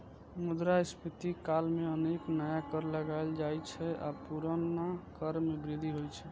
मुद्रास्फीति काल मे अनेक नया कर लगाएल जाइ छै आ पुरना कर मे वृद्धि होइ छै